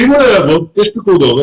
ואם הוא לא יעבוד יש פיקוד העורף.